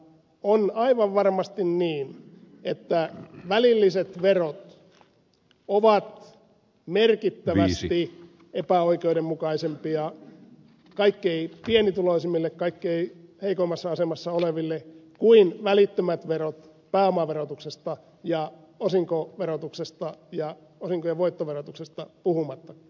on aivan varmasti niin että välilliset verot ovat merkittävästi epäoikeudenmukaisempia kaikkein pienituloisimmille kaikkein heikoimmassa asemassa oleville kuin välittömät verot pääomaverotuksesta ja osinkoverotuksesta ja osinkojen voittoverotuksesta puhumattakaan